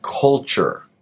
culture